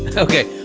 and okay.